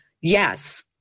Yes